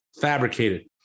fabricated